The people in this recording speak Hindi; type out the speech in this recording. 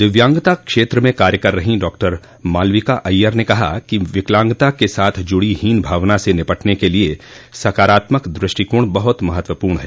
दिव्यांगता क्षेत्र में कार्य कर रहीं डॉ मालविका अय्यर ने कहा कि विकलांगता के साथ जुड़ी हीन भावना से निपटने के लिए सकारात्मक द्रष्टिकोण बहुत महत्वपूर्ण है